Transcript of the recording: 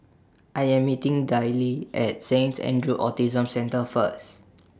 I Am meeting Dayle At Saints Andrew's Autism Centre First